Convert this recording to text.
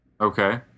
Okay